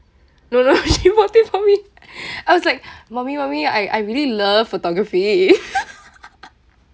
no she bought it for me I was like mummy mummy I I really love photography